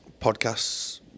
podcasts